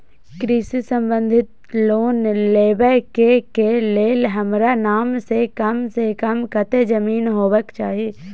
कृषि संबंधी लोन लेबै के के लेल हमरा नाम से कम से कम कत्ते जमीन होबाक चाही?